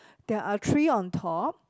there are three on top